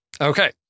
Okay